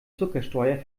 zuckersteuer